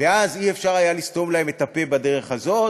ואז לא היה אפשר לסתום להן את הפה בדרך הזאת.